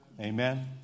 Amen